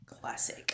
Classic